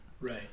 Right